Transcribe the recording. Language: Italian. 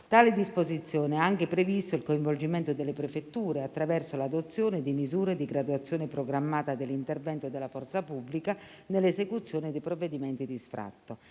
Tale disposizione ha anche previsto il coinvolgimento delle prefetture, attraverso l'adozione di misure di graduazione programmata dell'intervento della forza pubblica nell'esecuzione dei provvedimenti di sfratto.